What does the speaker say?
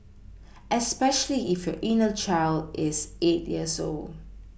especially if your inner child is eight years old